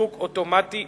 תדלוק אוטומטי,